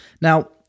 Now